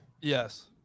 Yes